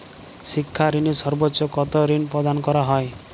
শিক্ষা ঋণে সর্বোচ্চ কতো ঋণ প্রদান করা হয়?